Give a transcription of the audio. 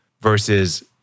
versus